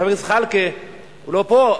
חבר הכנסת זחאלקה לא פה,